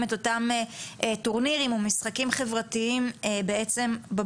את אותם טורנירים או משחקים חברתיים בבתים.